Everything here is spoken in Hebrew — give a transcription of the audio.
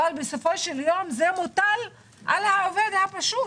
אבל בסופו של דבר זה מוטל על העובד הפשוט